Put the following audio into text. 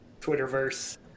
Twitterverse